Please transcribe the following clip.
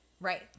Right